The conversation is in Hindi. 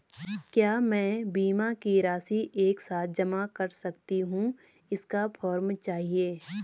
क्या मैं बीमा की राशि एक साथ जमा कर सकती हूँ इसका फॉर्म चाहिए?